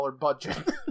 budget